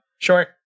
Sure